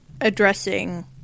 addressing